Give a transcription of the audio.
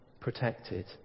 protected